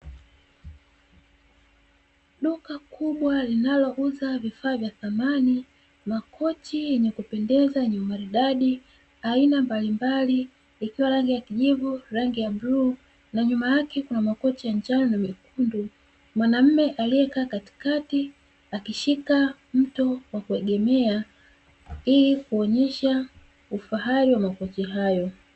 Duka kubwa linalouza vifaa vya samani. Makochi yenye kupendeza yenye umaridadi aina mbalimbali, ikiwa rangi ya kijivu, rangi ya bluu na nyuma yake kuna makochi ya njano na mekundu. Mwanaume aliyekaa katikati akishika mto wa kuegemea ili kuonyesha ufahari wa makochi hayo.